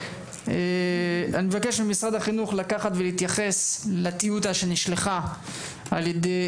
אני מבקש ממשרד החינוך להתייחס לטיוטה שנשלחה על-ידי